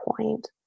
point